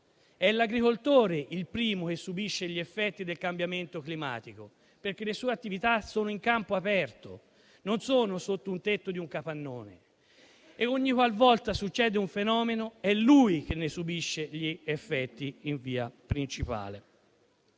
È l'agricoltore il primo che subisce gli effetti del cambiamento climatico, perché le sue attività sono in campo aperto, non sono sotto il tetto di un capannone. E, ogni qual volta interviene un fenomeno, è lui che ne subisce gli effetti in via principale.